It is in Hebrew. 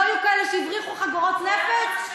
לא היו כאלה שהבריחו חגורות נפץ?